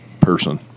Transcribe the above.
person